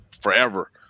forever